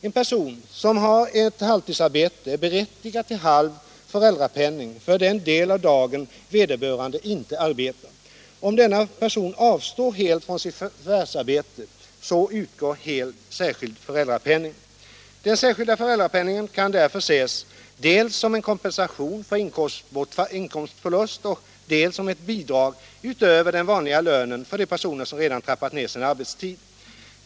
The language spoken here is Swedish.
En person som har ett halvtidsarbete är berättigad till halv föräldrapenning för den del av dagen då vederbörande inte arbetar. Om denna person avstår helt från sitt förvärvsarbete utgår hel särskild föräldrapenning. Den särskilda föräldrapenningen kan därför ses dels som en kompensation för en inkomstförlust, dels som ett bidrag utöver den vanliga lönen för de personer som redan trappat ner sin arbetstid.